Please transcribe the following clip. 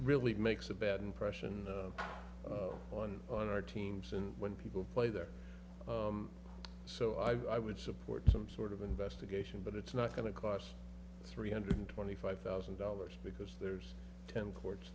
really makes a bad impression on on our teams and when people play there so i would support some sort of investigation but it's not going to cost three hundred twenty five thousand dollars because there's ten courts